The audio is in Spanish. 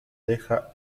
deja